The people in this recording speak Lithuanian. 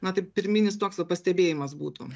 na tai pirminis toks va pastebėjimas būtų